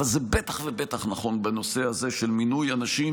אבל זה בטח ובטח נכון בנושא הזה של מינוי אנשים